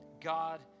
God